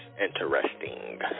interesting